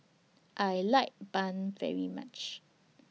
I like Bun very much